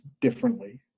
differently